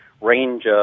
range